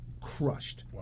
crushed